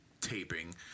taping